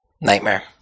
Nightmare